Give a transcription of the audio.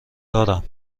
دارم